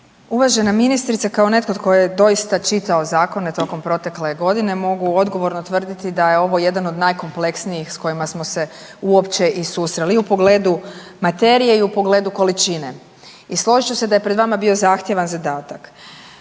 Uvažena ministrice, kao netko tko je doista čitao zakone tokom protekle godine mogu odgovorno tvrditi da je ovo jedan od najkompleksnijih sa kojim smo se uopće i susreli i u pogledu materije i u pogledu količine. I složit ću se da je pred vama bio zahtjevan zadatak.